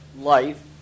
life